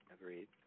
Agreed